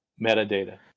metadata